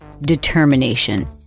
determination